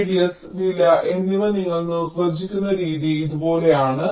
radius വില എന്നിവ നിങ്ങൾ നിർവ്വചിക്കുന്ന രീതി ഇതുപോലെയാണ്